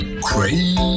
crazy